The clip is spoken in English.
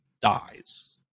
dies